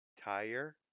Tire